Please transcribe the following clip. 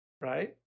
Right